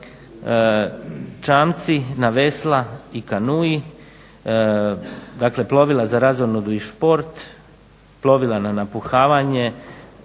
čamci na vesla i kanui dakle plovila za razonodu i sport, plovila na napuhavanje